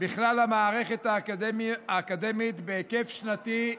בכלל המערכת האקדמית, בהיקף שנתי,